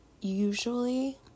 usually